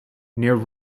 near